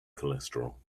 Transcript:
cholesterol